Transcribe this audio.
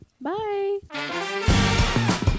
Bye